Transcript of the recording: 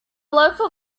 local